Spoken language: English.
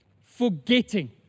forgetting